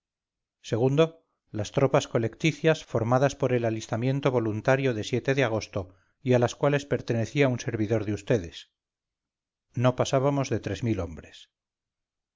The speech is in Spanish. las tropas colecticias formadas por el alistamiento voluntario de de agosto y a las cuales pertenecía un servidor de vds no pasábamos de tres mil hombres